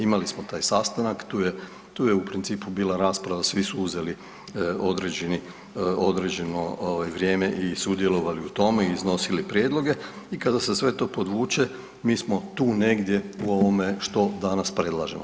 Imali smo taj sastanak, tu je u principu bila rasprava, svi su uzeli određeni, određeno vrijeme i sudjelovali u tome i iznosili prijedloge i kada se sve to podvuče mi smo tu negdje u ovome što danas predlažemo.